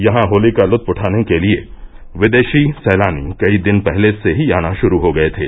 यहां होली का लुत्क उठाने के लिए विदेशी सैलानी कई दिन पहले से ही आना शुरू हो गये थे